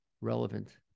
relevant